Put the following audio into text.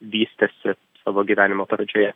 vystėsi savo gyvenimo pradžioje